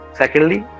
secondly